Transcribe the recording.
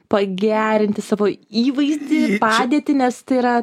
pagerinti savo įvaizdį padėtį nes tai yra